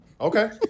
Okay